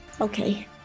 Okay